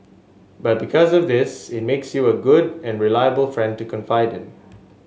but because of this it makes you a good and reliable friend to confide in